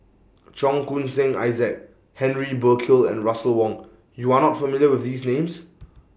Cheong Koon Seng Isaac Henry Burkill and Russel Wong YOU Are not familiar with These Names